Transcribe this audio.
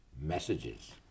messages